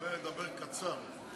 אני אדבר קצר.